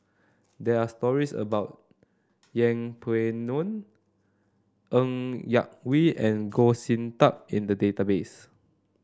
there are stories about Yeng Pway Ngon Ng Yak Whee and Goh Sin Tub in the database